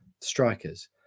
strikers